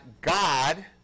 God